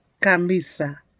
camisa